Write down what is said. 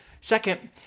Second